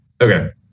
Okay